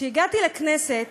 כשהגעתי לכנסת,